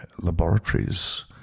laboratories